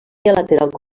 lateral